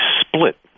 split